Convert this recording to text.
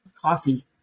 coffee